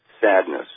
sadness